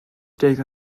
deg